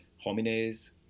Homines